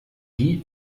wie